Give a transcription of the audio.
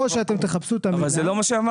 אבל זה לא מה שאמרנו.